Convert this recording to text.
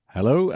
Hello